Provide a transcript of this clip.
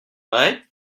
vrai